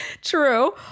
True